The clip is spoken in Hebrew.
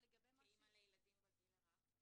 כאימא לילדים בגיל הרך.